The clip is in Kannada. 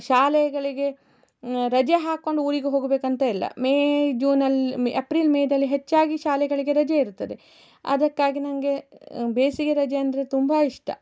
ಶಾಲೆಗಳಿಗೆ ರಜೆ ಹಾಕೊಂಡು ಊರಿಗೆ ಹೋಗಬೇಕು ಅಂತ ಇಲ್ಲ ಮೇ ಜೂನ್ ಅಲ್ಲಿ ಎಪ್ರಿಲ್ ಮೇ ದಲ್ಲಿ ಹೆಚ್ಚಾಗಿ ಶಾಲೆಗಳಿಗೆ ರಜೆ ಇರುತ್ತದೆ ಅದಕ್ಕಾಗಿ ನಂಗೆ ಬೇಸಿಗೆ ರಜೆ ಅಂದರೆ ತುಂಬ ಇಷ್ಟ